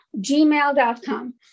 gmail.com